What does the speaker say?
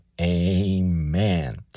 Amen